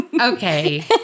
Okay